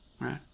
right